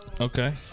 Okay